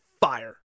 fire